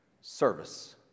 Service